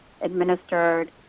administered